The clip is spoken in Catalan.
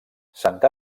santa